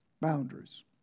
Boundaries